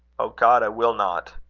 o god, i will not.